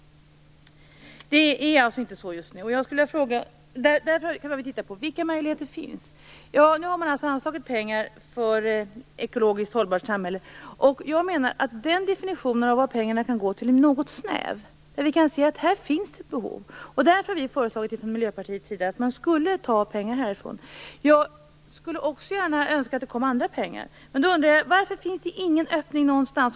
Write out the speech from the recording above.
Så är det ju inte just nu. Vilka möjligheter finns det då i detta sammanhang? Nu har pengar anslagits för ett ekologiskt hållbart samhälle. Jag menar att definitionen av vad pengarna kan gå till är något snäv. Vi kan ju se att det finns ett behov här. Därför har vi i Miljöpartiet föreslagit att pengar tas på nämnda sätt. Jag skulle önska att det också kom andra pengar. Varför finns det ingen öppning någonstans?